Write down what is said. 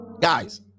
Guys